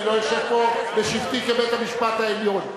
אני לא יושב פה בשבתי כבית-המשפט העליון.